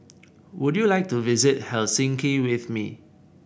would you like to visit Helsinki with me